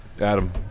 Adam